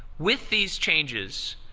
with these changes,